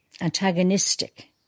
antagonistic